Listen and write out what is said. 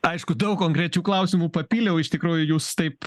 aišku daug konkrečių klausimų papyliau iš tikrųjų jūs taip